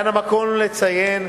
כאן המקום לציין,